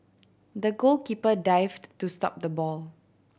the goalkeeper dived to stop the ball